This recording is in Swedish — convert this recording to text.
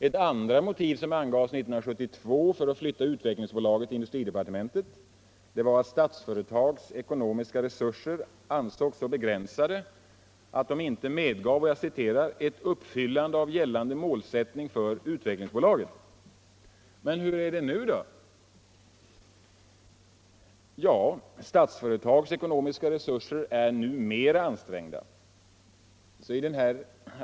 Ett andra motiv som angavs 1972 för att flytta Utvecklingsbolaget till industridepartementet var att Statsföretags ekonomiska resurser ansågs så begränsade att de inte medgav ”ett uppfyllande av gällande målsättning för utvecklingsbolaget”. Men hur är det nu då? Ja, Statsföretags ekonomiska resurser är nu mera ansträngda.